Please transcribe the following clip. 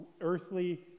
earthly